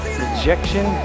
rejection